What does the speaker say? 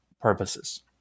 purposes